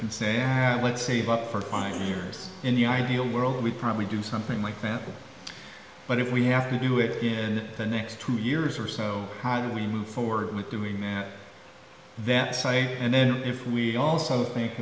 can say add let's save up for five years in the ideal world we probably do something like that but if we have to do it in the next two years or so how do we move forward with doing that that site and then if we also think